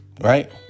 Right